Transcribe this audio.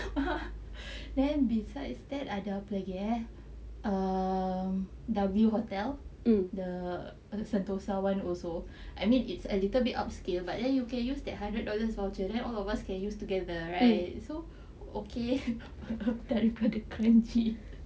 then besides that ada apa lagi eh um W hotel the sentosa [one] also I mean it's a little bit upscale but then you can use that hundred dollars voucher then all of us can use together right so okay daripada kranji